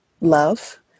love